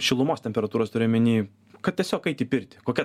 šilumos temperatūros turiu omeny kad tiesiog eit į pirtį kokia